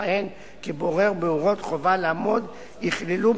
לכהן כבורר בבוררות חובה לעמוד יכללו,